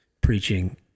preaching